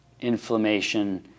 inflammation